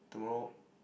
tomorrow